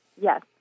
Yes